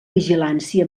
vigilància